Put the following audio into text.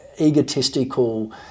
egotistical